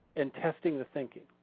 and testing the thinking.